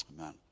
Amen